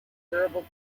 durable